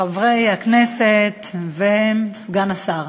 חברי הכנסת וסגן השר,